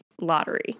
lottery